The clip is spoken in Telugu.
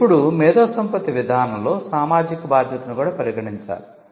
ఇప్పుడు మేధోసంపత్తి విధానంలో సామాజిక బాధ్యతను కూడా పరిగణించాలి